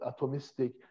atomistic